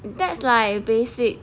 that's like basic